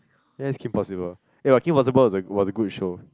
that is Kim Possible ya Kim-Possible is a was a good show